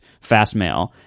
Fastmail